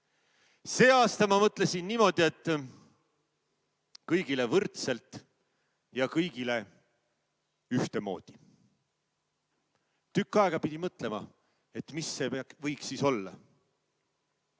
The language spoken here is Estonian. See aasta ma mõtlesin niimoodi, et kõigile võrdselt, kõigile ühtemoodi. Tükk aega pidi mõtlema, mis see võiks olla.